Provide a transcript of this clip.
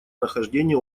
нахождении